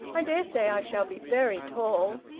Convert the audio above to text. i dare say i shall be very tall.